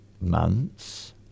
months